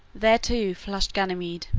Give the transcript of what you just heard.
there, too, flushed ganymede,